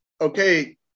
Okay